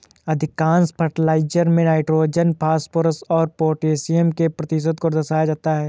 अधिकांश फर्टिलाइजर में nitrogen, phosphorus और पौटेशियम के प्रतिशत को दर्शाया जाता है